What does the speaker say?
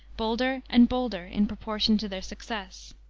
bolder and bolder, in proportion to their success.